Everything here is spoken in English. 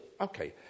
Okay